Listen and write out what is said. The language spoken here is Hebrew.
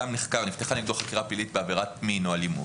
נפתחה נגדו חקירה פלילית בעבירת מין או אלימות,